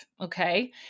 Okay